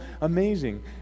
amazing